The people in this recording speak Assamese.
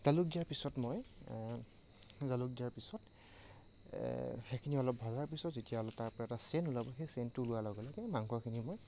জালুক দিয়াৰ পিছত মই জালুক দিয়াৰ পিছত সেইখিনি অলপ ভজাৰ পিছত যেতিয়া তাৰ পৰা এটা ছেণ্ট ওলাব সেই ছেণ্টটো ওলোৱাৰ লগে লগে মাংসখিনি মই